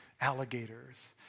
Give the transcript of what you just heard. alligators